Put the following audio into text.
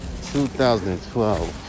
2012